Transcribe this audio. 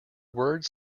words